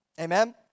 Amen